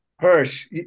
Hirsch